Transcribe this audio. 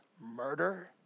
murder